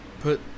put